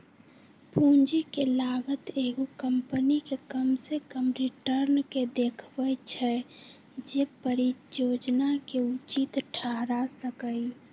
पूंजी के लागत एगो कंपनी के कम से कम रिटर्न के देखबै छै जे परिजोजना के उचित ठहरा सकइ